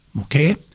Okay